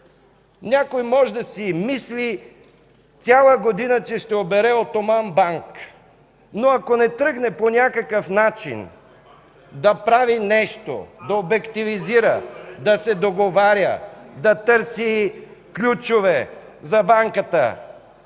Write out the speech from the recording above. Някой може да си мисли цяла година, че ще обере „Отоман банк”, но ако не тръгне по някакъв начин да прави нещо, да обективизира, да се договаря (шум и реплики), да търси ключове за банката,